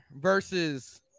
versus